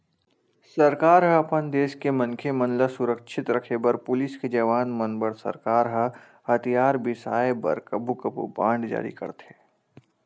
सरकार ह अपन देस के मनखे मन ल सुरक्छित रखे बर पुलिस के जवान मन बर सरकार ह हथियार बिसाय बर कभू कभू बांड जारी करथे